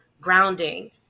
grounding